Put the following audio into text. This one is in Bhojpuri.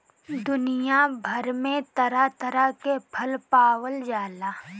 दुनिया भर में तरह तरह के फल पावल जाला